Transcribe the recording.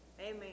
Amen